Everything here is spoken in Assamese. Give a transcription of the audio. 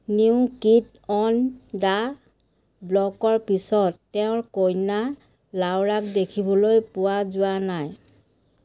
নিউ কিড অন দা ব্ল'কৰ পিছত তেওঁৰ কন্যা লাউৰাক দেখিবলৈ পোৱা যোৱা নাই